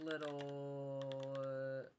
little